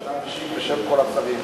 זה שאנחנו יושבים פה בצורה,